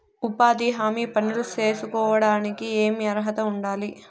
ఉపాధి హామీ పనులు సేసుకోవడానికి ఏమి అర్హత ఉండాలి?